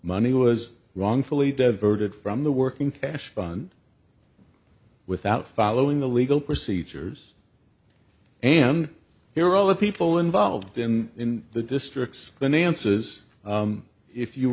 money was wrongfully diverted from the working cash fund without following the legal procedures and hear all the people involved in the district's finance's if you